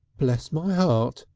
bless my heart!